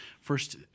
first